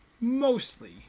mostly